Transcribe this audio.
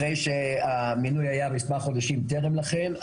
אחרי שהמינוי היה מספר חודשים טרם לכן,